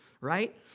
right